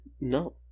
No